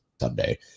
sunday